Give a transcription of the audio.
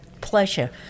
pleasure